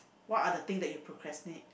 what are the thing that you procrastinate